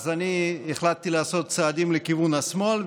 אז אני החלטתי לעשות צעדים לכיוון השמאל,